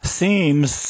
seems